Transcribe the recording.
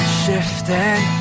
shifting